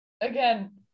again